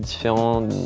filmed